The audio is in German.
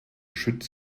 schütz